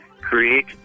create